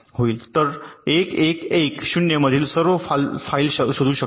तर 1 1 1 0 मधील सर्व फाईल शोधू शकतो